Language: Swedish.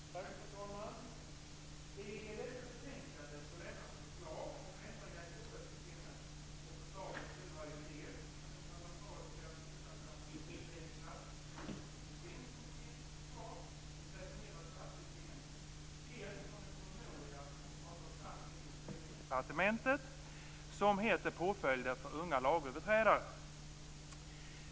Fru talman! I detta betänkande lämnas förslag om ändringar i påföljdssystemet. Förslagen härrör dels från den parlamentariskt tillsatta Straffsystemskommitténs förslag, Ett reformerat straffsystem, dels från en promemoria framtagen inom Justitiedepartementet, som heter Påföljder för unga lagöverträdare.